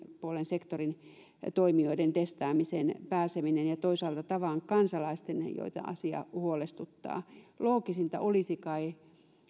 puolen sektorin toimijoiden testaamiseen pääseminen ja toisaalta tavan kansalaisten joita asia huolestuttaa loogisinta olisi kai